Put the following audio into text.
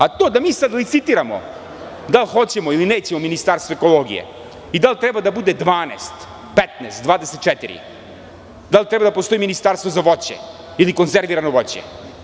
A to da mi sada licitiramo, da li hoćemo ili nećemo Ministarstvo ekologije i da li treba da bude 12, 15, 24, da li treba da postoji ministarstvo za voće, ili konzervirano voće.